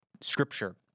scripture